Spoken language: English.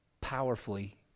powerfully